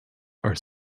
are